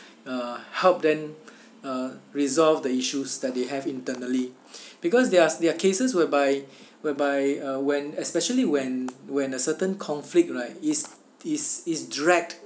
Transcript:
uh help them uh resolve the issues that they have internally because there are there cases whereby whereby uh when especially when when a certain conflict right is is is dragged